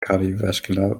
cardiovascular